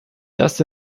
das